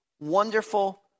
Wonderful